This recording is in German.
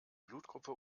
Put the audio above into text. blutgruppe